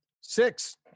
six